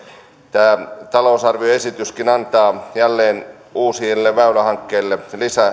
tämä talousarvioesityskin antaa jälleen uusille väylähankkeille